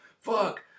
fuck